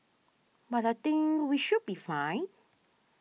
but I think we should be fine